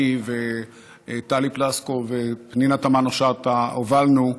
וטלי פלוסקוב ופנינה תמנו-שטה הובלנו,